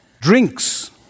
drinks